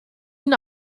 ihn